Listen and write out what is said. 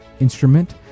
instrument